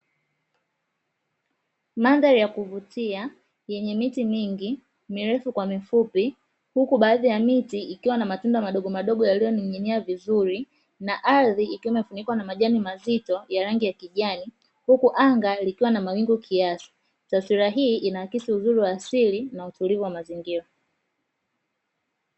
Mandari ya kuvutia yenye miti mingi, milefu kwa mifupi huku baadhi ya miti ikiwa na matunda madogo madogo yaliyo ning'nia vizuri na aridhi ikiwa imefunikwa na majani mazito ya rangi ya kijani, huku anga likiwa na mawingu kiasi, taswila hii inaakisi uzuri wa asili na utulivu wa mazingira.